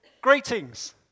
greetings